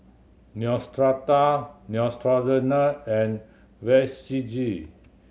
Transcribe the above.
Neostrata Neutrogena and